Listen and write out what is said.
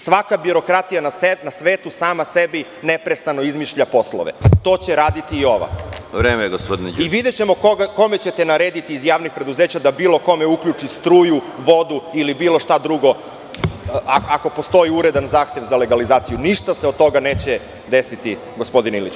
Svaka birokratija na svetu sama sebi neprestano izmišlja poslove, to će raditi i ova i videćemo kome ćete narediti iz javnih preduzeća da bilo kome uključi struju, vodu ili bilo šta drugo, ako postoji uredan zahtev za legalizaciju, ništa se od toga neće desiti, gospodine Iliću.